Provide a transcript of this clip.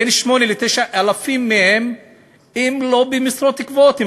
בין 8,000 ל-9,000 מהם לא במשרות קבועות,